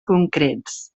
concrets